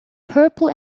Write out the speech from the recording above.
purple